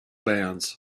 bands